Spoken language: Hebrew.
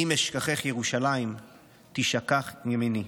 אם אשכחך ירושלים תשכח ימיני".